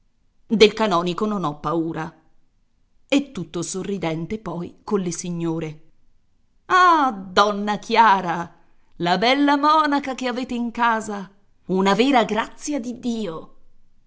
del canonico non ho paura e tutto sorridente poi colle signore ah donna chiara la bella monaca che avete in casa una vera grazia di dio